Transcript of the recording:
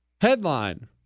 Headline